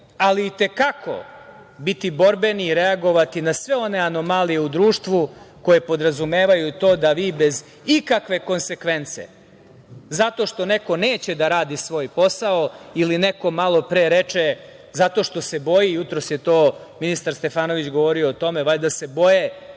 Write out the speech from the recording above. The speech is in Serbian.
ali i te kako biti borbeni i reagovati na sve one anomalije u društvu koje podrazumevaju to da vi bez ikakve konsekvence, zato što neko neće da radi svoj posao ili neko malopre reče zato što se boji, jutros je to ministar Stefanović govorio o tome, valjda se boje